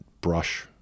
brush